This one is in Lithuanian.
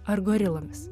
ar gorilomis